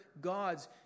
gods